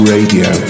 Radio